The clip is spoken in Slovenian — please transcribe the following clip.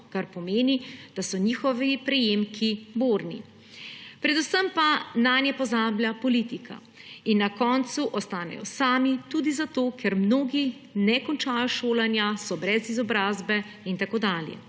kar pomeni, da so njihovi prejemki borni. Predvsem pa nanje pozablja politika in na koncu ostanejo sami tudi zato, ker mnogi ne končajo šolanja, so brez izobrazbe in tako dalje.